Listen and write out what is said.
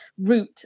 route